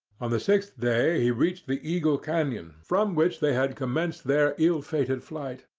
on the sixth day, he reached the eagle canon, from which they had commenced their ill-fated flight.